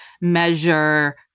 measure